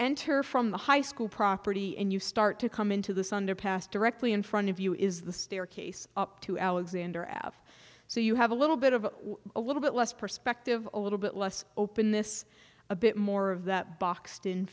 enter from the high school property and you start to come into this underpass directly in front of you is the staircase up to alexander av so you have a little bit of a little bit less perspective a little bit less open this a bit more of that boxed